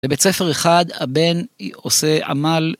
לבית ספר אחד הבן עושה עמל.